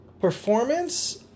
Performance